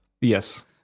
Yes